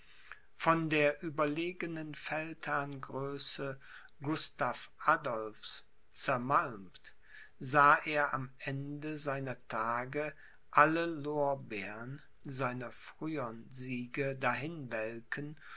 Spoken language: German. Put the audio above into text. von der überlegenen feldherrngröße gustav adolphs zermalmt sah er am abend seiner tage alle lorbeern seiner frühern siege